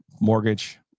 Mortgage